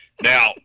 Now